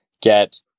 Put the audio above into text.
get